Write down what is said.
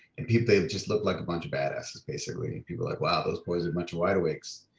and people they just looked like a bunch of bad-ass is basically people like, wow, those boys are much wide awakes.